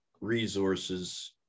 resources